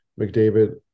McDavid